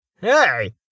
Hey